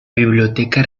biblioteca